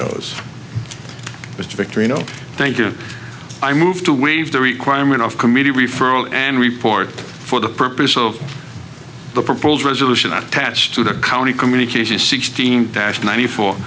mr victory no thank you i moved to waive the requirement of committee referral and report for the purpose of the proposed resolution attached to the county communications sixteen dash ninety four